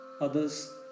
others